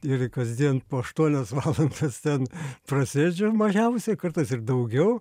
ir kasdien po aštuonias valandas ten prasėdžiu mažiausiai kartais ir daugiau